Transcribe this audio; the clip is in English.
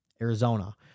Arizona